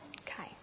okay